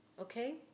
okay